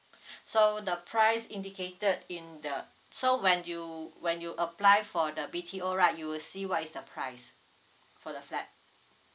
so the price indicated in the so when you when you apply for the B_T_O right you will see what is the price for the flat